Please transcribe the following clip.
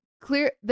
clear